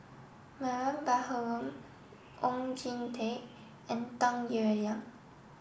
Mariam Baharom Oon Jin Teik and Tung Yue Yang